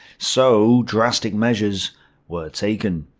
so, drastic measures were taken.